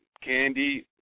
Candy